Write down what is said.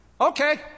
Okay